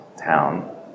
town